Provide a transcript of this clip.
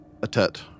Atet